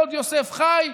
"עוד יוסף חי"